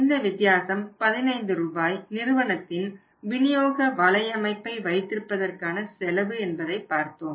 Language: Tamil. இந்த வித்தியாசம் 15 ரூபாய் நிறுவனத்தின் விநியோக வலையமைப்பை வைத்திருப்பதற்கான செலவு என்பதை பாரத்தோம்